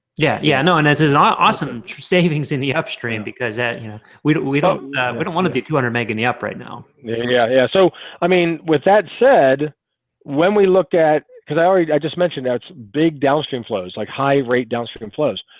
yeah yeah known as is not awesome savings in the upstream because that we we don't but don't want to be two hundred mega knee up right now yeah, yeah, so i mean with that said when we looked at because i already i just mentioned now it's big down stream flows like high rate down stream flows,